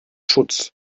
schutz